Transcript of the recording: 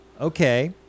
Okay